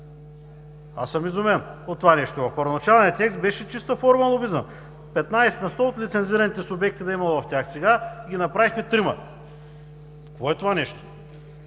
Аз съм изумен от това нещо. В първоначалния текст беше чиста форма лобизъм – петнадесет на сто от лицензираните субекти да има в тях, а сега ги направихме трима. Какво е това нещо?!